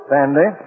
Sandy